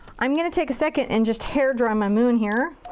i'm gonna take a second and just hair dry my moon here.